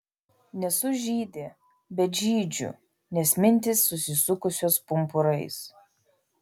nesu žydė bet žydžiu nes mintys susisukusios pumpurais